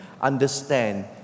Understand